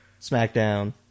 SmackDown